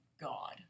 god